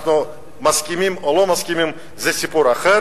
אנחנו מסכימים או לא מסכימים, זה סיפור אחר.